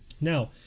Now